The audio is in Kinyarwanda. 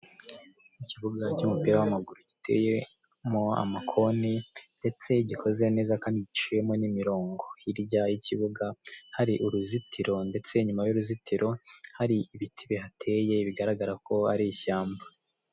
Ikibuga cy'umupira w'amaguru giteyemo amakoni ndetse gikoze neza kandi giciwemo n'imirongo, hirya y'ikibuga hari uruzitiro ndetse inyuma y'uruzitiro hari ibiti bihateye bigaragara ko ari ishyamba.